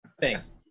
Thanks